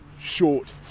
short